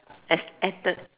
as Ethan